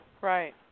Right